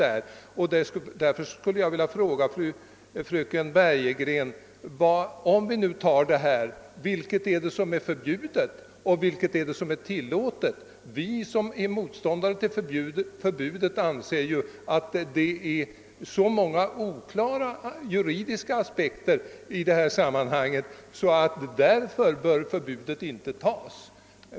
Jag skulle vilja fråga fröken Bergegren vad hon anser vara förbjudet och inte förbjudet, om vi nu följer utskottets förslag. Vi som är motståndare till ett förbud anser att det finns så många oklara juridiska aspekter i detta sammanhang, att man av denna anledning ej bör införa detta förbud.